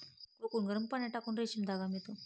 cocoon गरम पाण्यात टाकून रेशीम धागा मिळतो